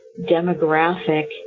demographic